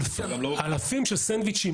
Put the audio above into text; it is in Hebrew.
אלפים של סנדוויצ'ים,